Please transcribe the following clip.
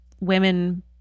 women